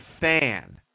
fan